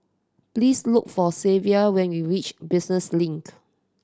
please look for Zavier when you reach Business Link